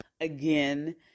again